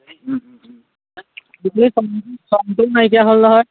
নাইকিয়া হ'ল নহয়